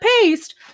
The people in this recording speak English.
paste